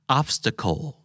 obstacle